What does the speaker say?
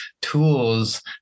tools